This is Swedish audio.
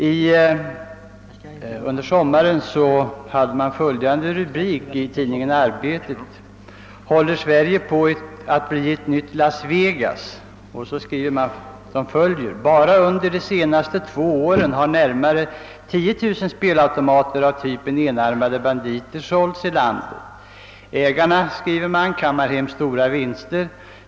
I somras läste jag följande rubrik i tidningen Arbetet: »Sverige blir ett nytt Las Vegas?» Under denna rubrik skrev tidningen bl.a.: »Bara under de senaste två åren har närmare 10 000 spelautomater av typen enarmade banditer sålts i landet. ägarna kammar hem stora vinster.